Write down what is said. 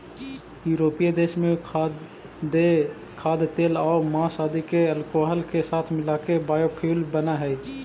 यूरोपीय देश में खाद्यतेलआउ माँस आदि के अल्कोहल के साथ मिलाके बायोफ्यूल बनऽ हई